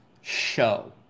show